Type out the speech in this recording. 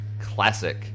Classic